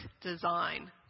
design